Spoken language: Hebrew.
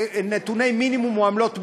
נתוני מינימום או עמלות מינימום.